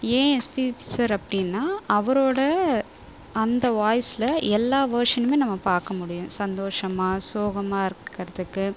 ஏன் SPB sir அப்படின்னா அவரோட அந்த வாய்ஸில் எல்லா வெர்ஷனுமே நம்ம பார்க்க முடியும் சந்தோஷமாக சோகமாக இருக்கிறதுக்கு